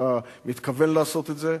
שאתה מתכוון לעשות את זה.